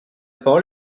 parole